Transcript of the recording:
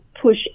push